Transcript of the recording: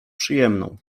przyjemną